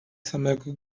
samego